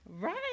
Right